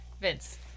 Vince